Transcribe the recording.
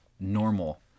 normal